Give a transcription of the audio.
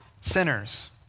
sinners